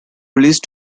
released